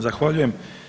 Zahvaljujem.